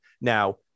Now